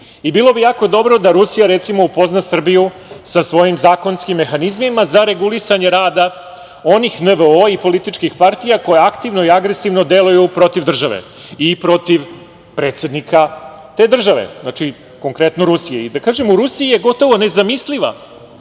bilo bi jako dobro da Rusija upozna Srbiju sa svojim zakonskim mehanizmima za regulisanje rada onih NVO i političkih partija koje aktivno i agresivno deluju protiv države i protiv predsednika te države. Znači, konkretno Rusije.U Rusiji je gotovo nezamisliva